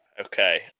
Okay